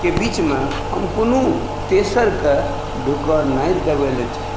के बीचमे हम कोनो तेसरके ढुकऽ नहि देबैलए चाहै छी